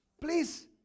Please